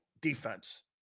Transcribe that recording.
defense